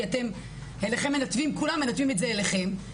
כי כולם מנתבים את זה אליכם,